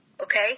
Okay